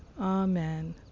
amen